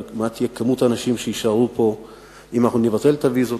ומה תהיה כמות האנשים שיישארו פה אם אנחנו נבטל את הוויזות.